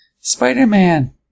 Spider-Man